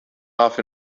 off